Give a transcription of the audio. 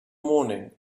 morning